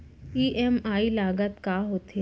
EMI लागत का होथे?